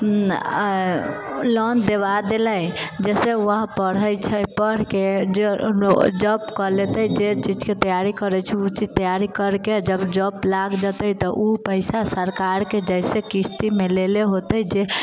loan देवा देलै जाहिसँ वह पढ़ै छै पढ़के जे जॉब कऽ लेतै जाहि चीजके तैयारी करैत छै ओ चीजके तैयारी करके जब जॉब लागि जेतै तऽ ओ पैसा सरकारके जैसे किश्तमे लेले होतै जे